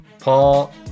Paul